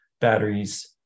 batteries